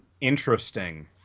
interesting